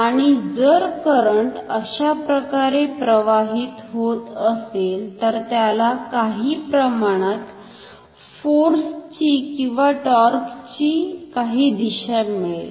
आणि जर करंट अशाप्रकारे प्रवाहित होत असेल तर त्याला काही प्रमाणात फोर्स ची किंवा टॉर्क ची काही दिशा मिळेल